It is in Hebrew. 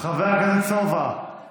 חבר הכנסת סובה,